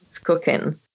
cooking